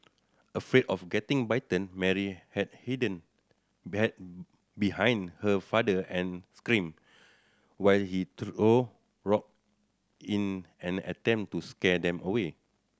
afraid of getting bitten Mary had hidden behind behind her father and screamed while he threw rock in an attempt to scare them away